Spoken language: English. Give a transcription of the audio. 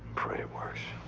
pray it works.